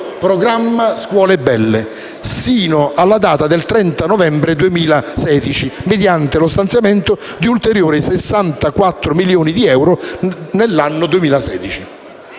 programma scuole belle) sino alla data del 30 novembre 2016, mediante lo stanziamento di ulteriori 64 milioni di euro nell'anno 2016.